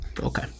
Okay